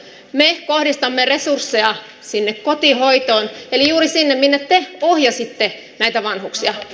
me kohdistamme resursseja sinne kotihoitoon eli juuri sinne minne te ohjasitte näitä vanhuksia